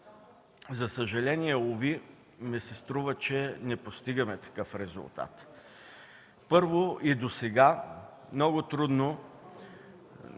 За съжаление, ми се струва, че не постигаме такъв резултат. Първо, и досега много трудно